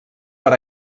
per